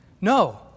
No